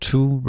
Two